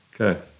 Okay